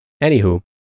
Anywho